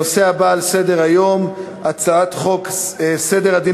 הנושא הבא על סדר-היום: הצעת חוק סדר הדין